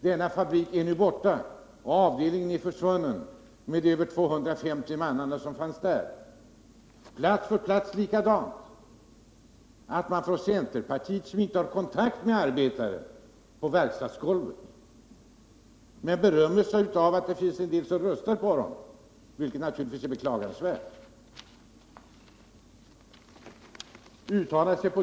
Denna fabrik är nu borta, och avdelningen är försvunnen med de 250 man som fanns där. På plats efter plats är det likadant. Centerpartiet har inte kontakt med arbetarna på verkstadsgolvet, även om man berömmer sig av att det finns en delav dem som röstar med centerpartiet, vilket givetvis är beklagansvärt.